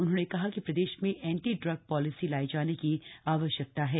उन्होंने कहा कि प्रदेश में एंटी ड्रग पॉलिसी लाए जाने की आवश्यकता है